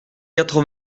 quatre